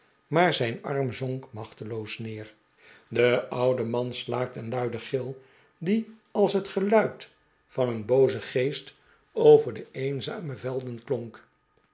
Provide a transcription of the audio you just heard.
en zijn arm zonk machteloos neer de oude man slaakte een luiden gil die als het geluid van een boozen geest over de eenzame velden klonk